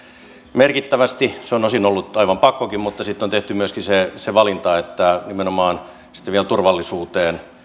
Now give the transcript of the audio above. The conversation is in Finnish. merkittävästi se on osin ollut aivan pakkokin mutta sitten on tehty myöskin se se valinta että nimenomaan turvallisuuteen